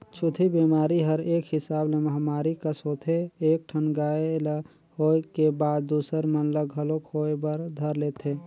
छूतही बेमारी हर एक हिसाब ले महामारी कस होथे एक ठन गाय ल होय के बाद दूसर मन ल घलोक होय बर धर लेथे